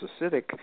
acidic